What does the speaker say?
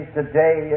today